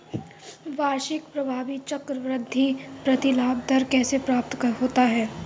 वार्षिक प्रभावी चक्रवृद्धि प्रतिलाभ दर कैसे प्राप्त होता है?